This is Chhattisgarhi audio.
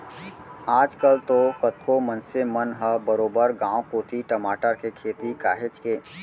आज कल तो कतको मनसे मन ह बरोबर गांव कोती टमाटर के खेती काहेच के